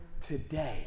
today